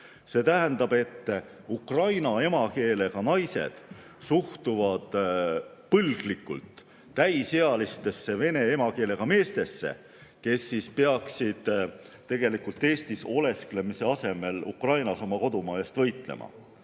See tähendab, et ukraina emakeelega naised suhtuvad põlglikult täisealistesse vene emakeelega meestesse, kes peaksid tegelikult Eestis olesklemise asemel Ukrainas oma kodumaa eest võitlema